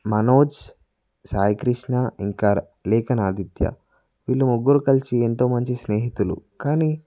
మనోజ్ సాయిక్రిష్ణ ఇంకా లేఖనాదిత్య వీళ్ళ ముగ్గురు కలిసి ఎంతో మంచి స్నేహితులు కానీ